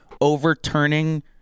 overturning